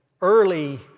early